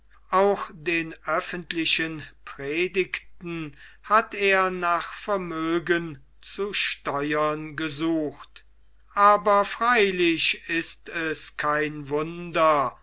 auch den öffentlichen predigten hat er nach vermögen zu steuern gesucht aber freilich ist es kein wunder